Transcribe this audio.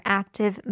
active